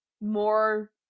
more